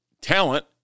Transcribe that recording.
talent